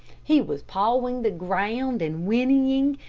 he was pawing the ground and whinnying,